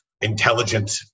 intelligent